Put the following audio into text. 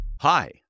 Hi